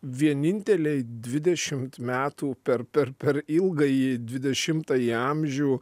vieninteliai dvidešimt metų per per per ilgąjį dvidešimtąjį amžių